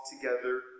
together